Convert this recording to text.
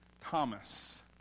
Thomas